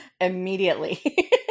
immediately